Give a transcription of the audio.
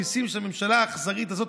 המיסים שהממשלה האכזרית הזאת